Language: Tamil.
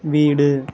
வீடு